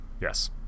Yes